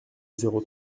zéro